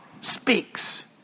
speaks